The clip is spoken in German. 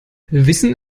wissen